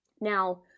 Now